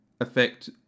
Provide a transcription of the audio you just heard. affect